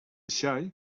xai